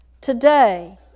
Today